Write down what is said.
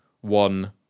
one